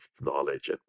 knowledge